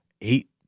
Eight